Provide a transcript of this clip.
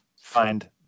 find